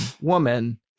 woman